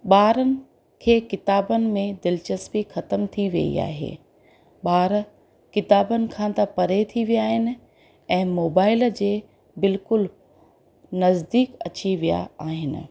ॿारनि खे किताबनि में दिलचस्पी ख़तम थी वई आहे ॿार किताबनि खां परे थी विया आहिनि ऐं मोबाइल जे बिल्कुलु नज़दीक अची विया आहिनि